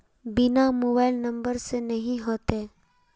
बिना mobile number से नहीं होते?